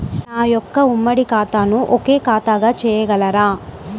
నా యొక్క ఉమ్మడి ఖాతాను ఒకే ఖాతాగా చేయగలరా?